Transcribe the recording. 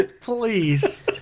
Please